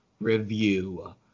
Review